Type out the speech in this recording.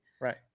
right